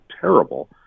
terrible